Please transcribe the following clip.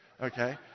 Okay